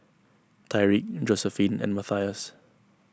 Tyrique Josiephine and Matthias